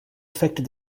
affected